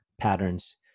patterns